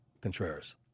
Contreras